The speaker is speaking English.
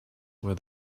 where